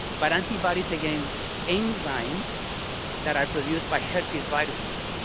but antibodies against enzymes that are produced by herpes viruses,